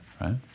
right